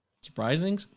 surprising